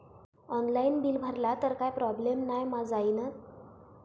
Online bill भरला तर काय प्रोब्लेम नाय मा जाईनत?